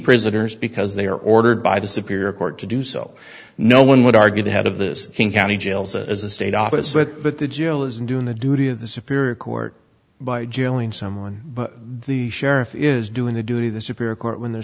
prisoners because they are ordered by the superior court to do so no one would argue the head of the king county jails as a state office with but the jail isn't doing the duty of the superior court by jailing someone but the sheriff is doing their duty the superior court when they're